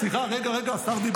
סליחה, רגע, רגע, השר דיבר.